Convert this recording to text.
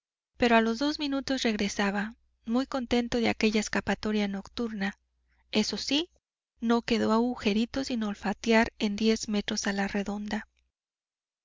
pero a los dos minutos regresaba muy contento de aquella escapatoria nocturna eso sí no quedó agujerito sin olfatear en diez metros a la redonda